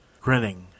grinning